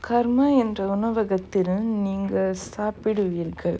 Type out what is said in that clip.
karma என்ற உணவகத்திலும் நீங்கள் சாப்புடுவீர்கள்:endra unavakathilum neengal saapuduveergal